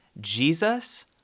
Jesus